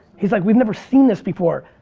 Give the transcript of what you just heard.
he's like, we've never seen this before.